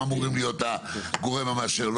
בעצם אמורים להיות הגורם המאשר.